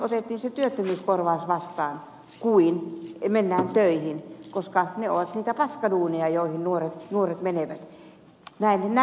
ennemmin otetaan se työttömyyskorvaus vastaan kuin mennään töihin koska ne ovat niitä paskaduuneja joihin nuoret menevät näin he itse ajattelevat